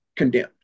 Condemned